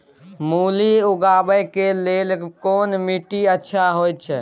मूली उगाबै के लेल कोन माटी अच्छा होय है?